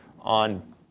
on